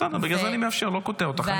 בסדר, בגלל זה אני מאפשר, לא קוטע אותך.